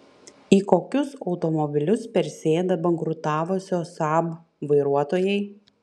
į kokius automobilius persėda bankrutavusio saab vairuotojai